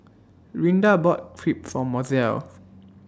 Rinda bought Crepe For Mozell